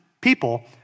people